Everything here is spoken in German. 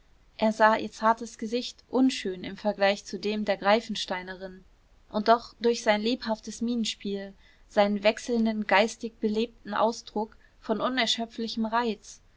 er sah ihr zartes gesicht unschön im vergleich zu dem der greifensteinerin und doch durch sein lebhaftes mienenspiel seinen wechselnden geistig belebten ausdruck von unerschöpflichem reiz